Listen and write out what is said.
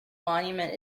monument